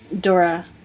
Dora